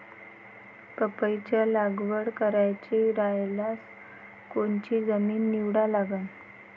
पपईची लागवड करायची रायल्यास कोनची जमीन निवडा लागन?